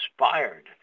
inspired